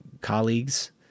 colleagues